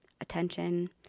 attention